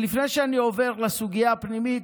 לפני שאני עובר לסוגיה הפנימית,